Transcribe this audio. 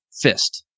fist